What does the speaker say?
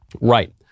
Right